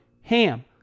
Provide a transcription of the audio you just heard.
HAM